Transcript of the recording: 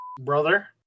Brother